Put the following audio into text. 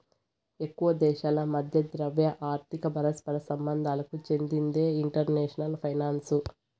ఎక్కువ దేశాల మధ్య ద్రవ్య, ఆర్థిక పరస్పర సంబంధాలకు చెందిందే ఇంటర్నేషనల్ ఫైనాన్సు